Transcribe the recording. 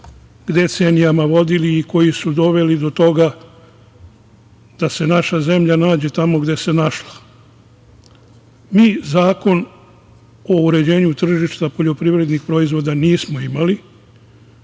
decenijama vodili i koji su doveli do toga da se naša zemlja nađe tamo gde se našla. Mi zakon o uređenju tržišta poljoprivrednih proizvoda nismo imali